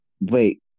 wait